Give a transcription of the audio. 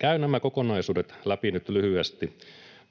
Käyn nämä kokonaisuudet läpi nyt lyhyesti.